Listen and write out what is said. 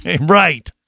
right